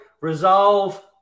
resolve